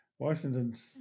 Washington's